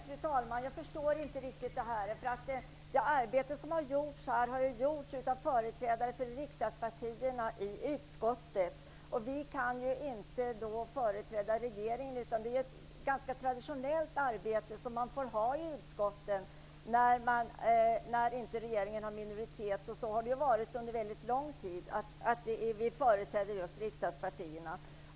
Fru talman! Jag förstår inte riktigt det här. Det arbete som har gjorts på det här området har gjorts av företrädare för riksdagspartierna i utskottet. Vi kan inte företräda regeringen. Arbetet i utskottet blir ganska traditionellt när regeringen inte har minoritet. Under mycket lång tid har det varit så att vi företräder just riksdagspartierna.